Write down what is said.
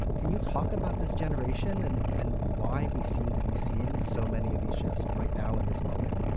can you talk about this generation and and why we seem to be seeing so many of these chefs right now in this moment?